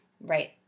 Right